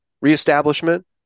reestablishment